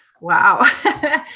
Wow